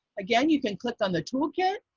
again, you can click on the toolkit.